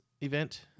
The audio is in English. event